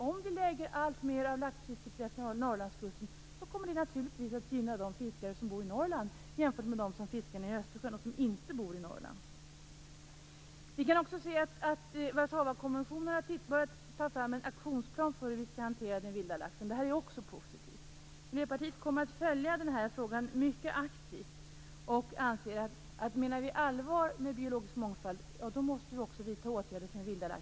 Om vi lägger alltmer av laxfisket utefter Norrlandskusten, kommer det naturligtvis att gynna de fiskare som bor i Norrland, jämfört med dem som inte bor i Inom ramen för Fiskerikommissionen för Östersjön i Warszawa har man börjat ta fram en aktionsplan för hanteringen av den vilda laxen. Det är också positivt. Miljöpartiet kommer att följa denna fråga mycket aktivt. Vi anser att vi måste vidta åtgärder för den vilda laxen, om vi menar allvar med vårt tal om biologisk mångfald.